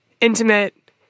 intimate